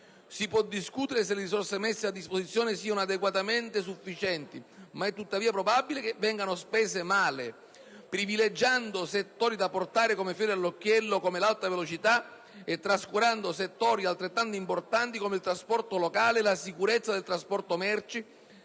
Si può discutere se le risorse messe a disposizione siano adeguatamente sufficienti, ma è tuttavia probabile che vengano spese male privilegiando settori da portare come fiore all'occhiello (ad esempio, l'alta velocità) e trascurando settori altrettanto importanti, come il trasporto locale e la sicurezza nel trasporto di merci,